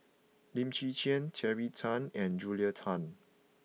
Lim Chwee Chian Terry Tan and Julia Tan